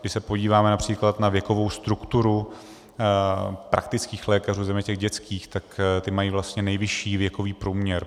Když se podíváme např. na věkovou strukturu praktických lékařů, zejména těch dětských, tak ti mají vlastně nejvyšší věkový průměr.